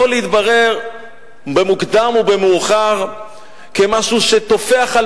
יכול להתברר במוקדם או במאוחר כמשהו שטופח על